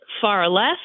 far-left